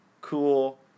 Cool